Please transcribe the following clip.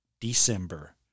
December